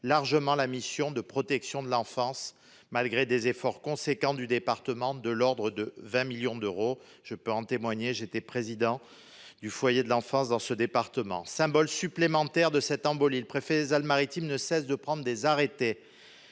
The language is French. largement la mission de protection de l'enfance, malgré des efforts importants du département de l'ordre de 20 millions d'euros. Je peux en témoigner, puisque j'ai été président du foyer de l'enfance. Symbole supplémentaire de cette embolie, le préfet des Alpes-Maritimes ne cesse de prendre des arrêtés